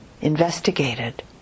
investigated